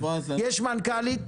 יש מנכ"לית?